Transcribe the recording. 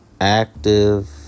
Active